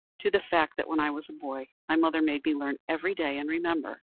to the fact that when i was a boy my mother made me learn, every day, and remember,